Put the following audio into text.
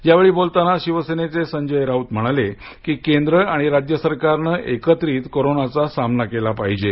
यावेळी बोलताना शिवसेनेचे संजय राऊत म्हणाले की केंद्र आणि राज्य सरकारने एकत्रित कोरोनाचा सामना केला पाहिजे